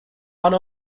one